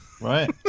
right